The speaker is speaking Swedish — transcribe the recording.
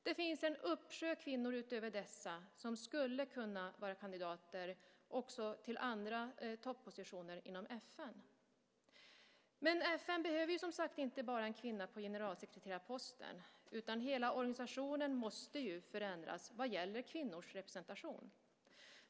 Det finns en uppsjö kvinnor utöver dessa som skulle kunna vara kandidater också till andra toppositioner inom FN. Men FN behöver som sagt inte bara en kvinna på generalsekreterarposten. Hela organisationen måste ju förändras vad gäller kvinnors representation.